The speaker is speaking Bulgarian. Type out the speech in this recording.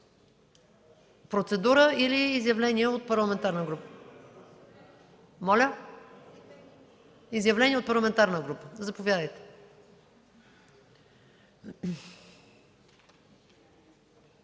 Процедура или изявление от парламентарна група? (Реплики.) Изявление от парламентарна група, заповядайте.